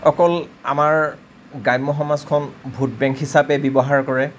অকল আমাৰ গ্ৰাম্য সমাজখন ভোট বেংক হিচাপে ব্যৱহাৰ কৰে